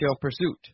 Pursuit